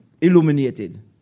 illuminated